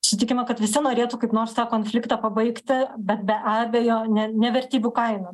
sutikime kad visi norėtų kaip nors tą konfliktą pabaigti bet be abejo ne ne vertybių kaina